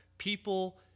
People